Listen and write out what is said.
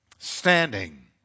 Standing